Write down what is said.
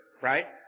right